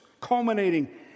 culminating